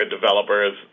developers